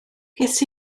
ges